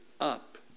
up